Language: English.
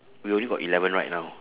we only got eleven right now